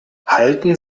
halten